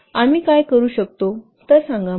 आम्ही काय करू शकतो तर सांगा